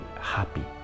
happy